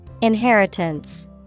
Inheritance